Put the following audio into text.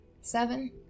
seven